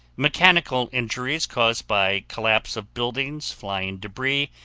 mechanical injuries caused by collapse of buildings, flying debris,